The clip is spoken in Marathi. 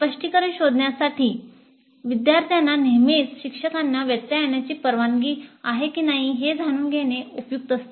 स्पष्टीकरण शोधण्यासाठी विद्यार्थ्यांना नेहमीच शिक्षकांना व्यत्यय आणण्याची परवानगी आहे की नाही हे जाणून घेणे उपयुक्त असते